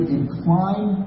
incline